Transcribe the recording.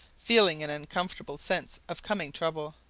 feeling an unaccountable sense of coming trouble.